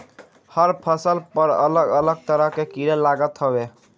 हर फसल पर अलग अलग तरह के कीड़ा लागत हवे